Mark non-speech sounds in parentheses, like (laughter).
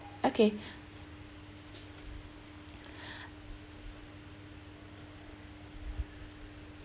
okay (breath) (breath)